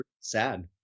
sad